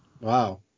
Wow